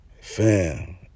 fam